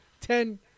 Ten